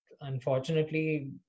Unfortunately